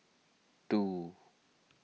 two